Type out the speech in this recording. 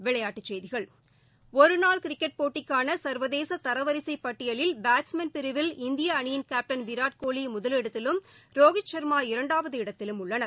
விளையாட்டுச் செய்திகள் ஒருநாள் கிரிக்கெட் போட்டிக்கான சர்வதேச தரவரிசைப்பட்டியலில் பேட்ஸ்மேன் பிரிவில் இந்திய அணியின் கேட்டன் விராட்கோலி முதலிடத்திலும் ரோஹித் சர்மா இரண்டாவது இடத்திலும் உள்ளனர்